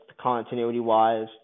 continuity-wise